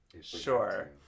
Sure